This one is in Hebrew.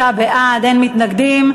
36 בעד, אין מתנגדים.